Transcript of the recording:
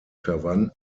verwandten